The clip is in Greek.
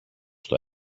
στο